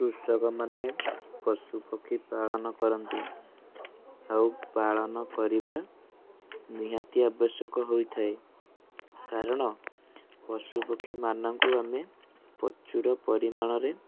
କୃଷକ ମାନେ ପଶୁ ପକ୍ଷୀ ପାଳନ କରନ୍ତି ଆଉ ପାଳନ କରିବା ନିହାତି ଆବଶ୍ୟକ ହୋଇଥାଏ କାରଣ ପଶୁପକ୍ଷୀମାନଙ୍କୁ ଆମେ ପ୍ରଚୁର ପରିମାଣରେ